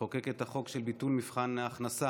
לחוקק את החוק של ביטול מבחן ההכנסה,